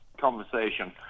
conversation